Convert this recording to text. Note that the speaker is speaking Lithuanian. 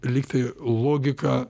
lygtai logiką